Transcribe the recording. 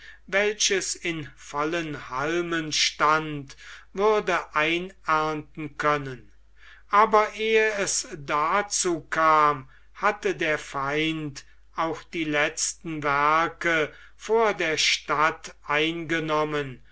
welches in vollen halmen stand würde einernten können aber ehe es dazu kam hatte der feind auch die letzten werke vor der stadt eingenommen